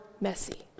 messy